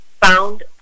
found